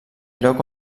lloc